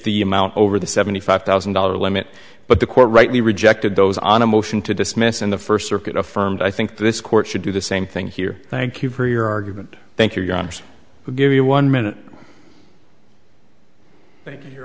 the amount over the seventy five thousand dollars limit but the court rightly rejected those on a motion to dismiss in the first circuit affirmed i think this court should do the same thing here thank you for your argument thank your honour's will give you one minute thank you you